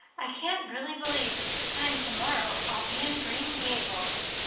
i can't really believe that this time tomorrow i'll be in green gables,